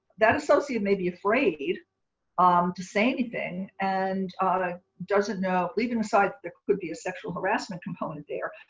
that associate may be afraid um to say anything and doesn't know, leaving aside there could be a sexual harassment component there,